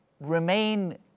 remain